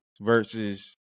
versus